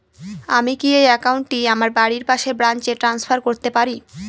আমি কি এই একাউন্ট টি আমার বাড়ির পাশের ব্রাঞ্চে ট্রান্সফার করতে পারি?